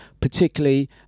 Particularly